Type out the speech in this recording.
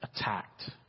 Attacked